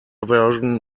version